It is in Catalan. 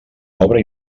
obra